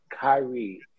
Kyrie